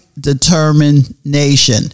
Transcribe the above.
determination